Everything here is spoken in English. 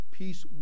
peace